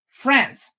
France